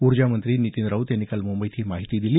ऊर्जामंत्री नीतीन राऊत यांनी काल मुंबईत ही माहिती दिली